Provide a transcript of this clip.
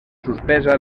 suspesa